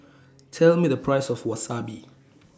Tell Me The Price of Wasabi